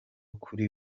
kuri